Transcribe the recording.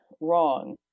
wrong